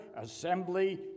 assembly